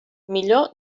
millor